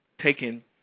taken